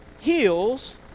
heals